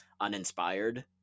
uninspired